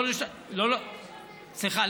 סליחה,